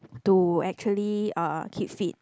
to actually uh keep fit